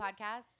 podcast